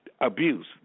abuse